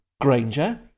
granger